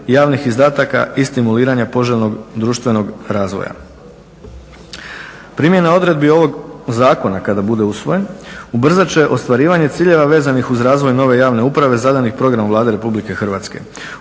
javnih izdataka i stimuliranja poželjnog društvenog razvoja. Primjene odredbi ovog zakona kada bude usvojen, ubrzat će ostvarivanje ciljeva vezanih uz razvoj nove javne uprave zadanih programa Vlade RH, usredotočena